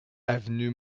avenue